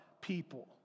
people